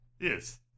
Yes